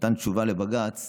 נתן תשובה לבג"ץ